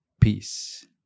peace